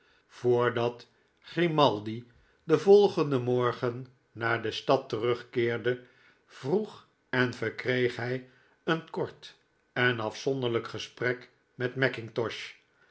voordat grimaldi den volgenden morgen naar de stad terugkeerde vroeg en verkreeg hij een kort en afzonderlijk gesprek met